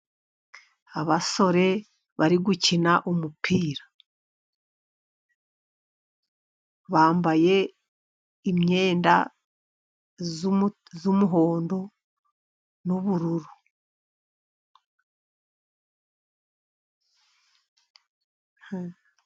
Abasore bari gukina umupira, bambaye imyenda y'umuhondo n'ubururu.